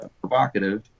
provocative